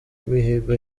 n’imihigo